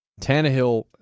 Tannehill